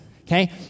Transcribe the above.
okay